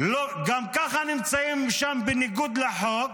שגם ככה נמצאים שם בניגוד לחוק,